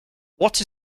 what